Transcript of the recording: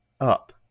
up